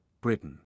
Britain